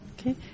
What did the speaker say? Okay